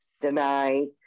deny